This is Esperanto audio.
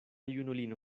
junulino